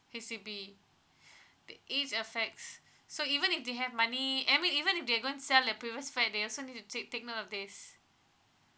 H_D_B the age affects so even if they have money I mean even if they're going to sell their previous flat they also need to take take note of this